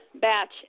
batch